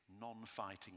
non-fighting